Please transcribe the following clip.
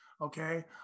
Okay